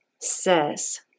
says